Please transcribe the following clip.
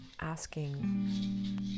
asking